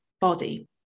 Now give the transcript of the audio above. body